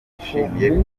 bishimiye